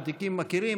הוותיקים מכירים,